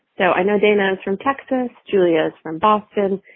so i know dana is from texas. julia's from boston.